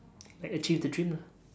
like achieve the dream lah